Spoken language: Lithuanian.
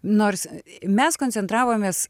nors mes koncentravomės